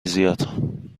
زیاد